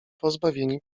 pozbawieni